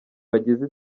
bagize